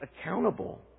accountable